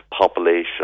population